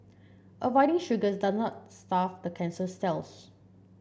avoiding sugars does not starve the cancers cells